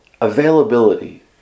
availability